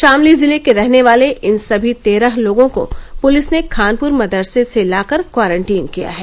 शामली जिले के रहने वाले इन सभी तेरह लोगों को पुलिस ने खानपुर मदरसे से लाकर क्वारंटीन किया है